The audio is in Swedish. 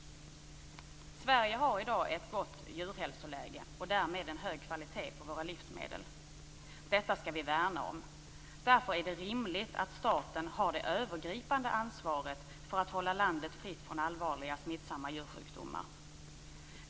Sverige har i dag ett gott djurhälsoläge och därmed en hög kvalitet på livsmedlen. Detta skall vi värna om. Därför är det rimligt att staten har det övergripande ansvaret för att hålla landet fritt från allvarliga smittsamma djursjukdomar.